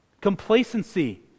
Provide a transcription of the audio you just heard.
complacency